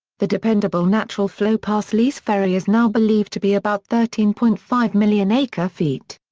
the dependable natural flow past lees ferry is now believed to be about thirteen point five million acre feet.